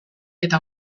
eta